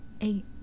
eight